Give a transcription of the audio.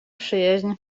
przyjaźń